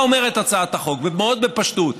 מה אומרת הצעת החוק, ומאוד בפשטות?